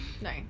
No